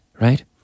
right